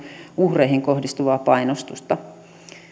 uhreihin kohdistuvaa painostusta